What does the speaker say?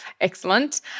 Excellent